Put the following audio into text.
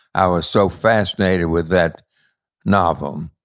i was so fascinated with that novel. um